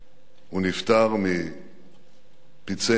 הוא נפטר מפצעי מוות,